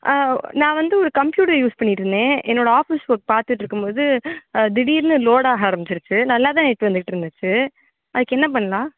நான் வந்து ஒரு கம்ப்யூட்டர் யூஸ் பண்ணிட்டுருந்தேன் என்னோடய ஆஃபிஸ் ஒர்க் பார்த்துட்ருக்கும் போது திடீர்னு லோடாக ஆரமிச்சிருச்சு நல்லா தான் எடுத்து வந்துடுருந்துச்சு அதுக்கு என்ன பண்ணலாம்